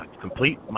complete